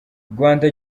rwanda